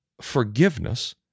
forgiveness